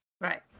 Right